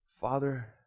Father